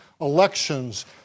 elections